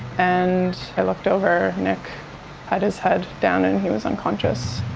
and i looked over. nick had his head down and he was unconscious.